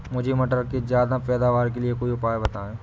मुझे मटर के ज्यादा पैदावार के लिए कोई उपाय बताए?